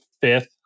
fifth